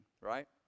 right